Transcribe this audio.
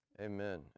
amen